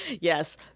Yes